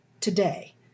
today